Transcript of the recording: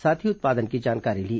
साथ ही उत्पादन की जानकारी ली